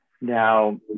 Now